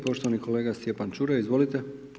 Poštovani kolega Stjepan Čuraj, izvolite.